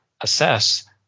assess